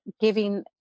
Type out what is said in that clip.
giving